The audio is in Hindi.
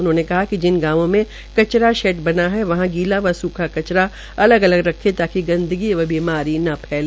उन्होंने कहा कि जिन गांवों में कचरा शेड बना है वहां गीला व सूखा कचरा अलग अलग रखे ताकि गंदगी व बीमारी न फैले